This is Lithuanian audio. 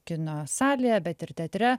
kino salėje bet ir teatre